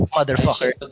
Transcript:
Motherfucker